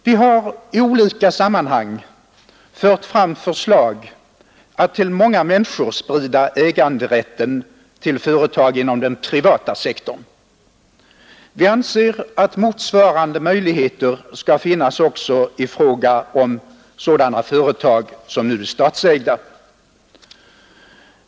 Vi har i olika sammanhang fört fram förslag om att till många människor sprida äganderätten till företag inom den privata sektorn. Vi anser att motsvarande möjligheter skall finnas också i fråga om sådana företag som nu är statsägda.